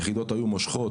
יחידות היו מושכות,